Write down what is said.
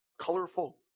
colorful